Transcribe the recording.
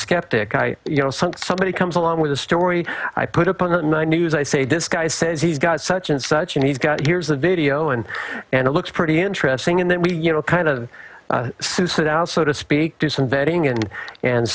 skeptic i you know something somebody comes along with a story i put up on a nine news i say this guy says he's got such and such and he's got here's a video and and it looks pretty interesting and then we you know kind of susa it out so to speak do some vetting and and